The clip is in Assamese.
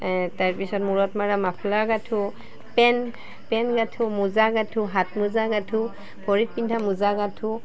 তাৰপিছত মূৰত মৰা মফলাৰ গাঠোঁ পেণ্ট পেণ্ট গাঠোঁ মোজা গাঠোঁ হাতমোজা গাঁঠোঁ ভৰিত পিন্ধা মোজা গাঠোঁ